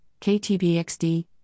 KTBXD